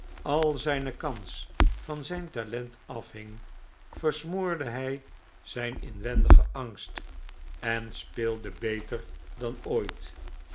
al zijne kans van zijn talent afhing versmoorde hi zijn inwendigen angst en speelde beter dan ooit